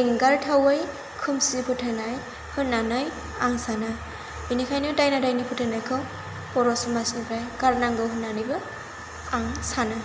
एंगारहाथावै खोमसि फोथायनाय होननानै आं सानो बेनिखायनो दायना दायनि फोथायनायखौ बर' समाजनिफ्राय गारनांगौ होननानैबो आं सानो